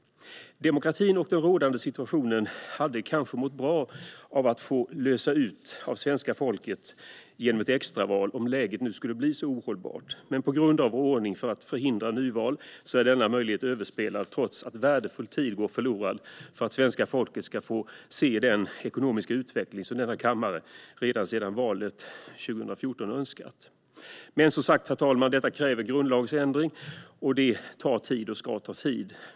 Demokratin och den rådande situationen hade kanske mått bra av att få lösas av svenska folket genom ett extraval, om läget skulle bli ohållbart. Men på grund av vår ordning för att förhindra nyval är denna möjlighet överspelad trots att värdefull tid går förlorad för att svenska folket ska få se den ekonomiska utveckling som denna kammare redan sedan valet 2014 önskat. Men, herr talman, detta kräver som sagt en grundlagsändring, och det tar och ska ta tid.